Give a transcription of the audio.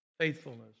faithfulness